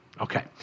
Okay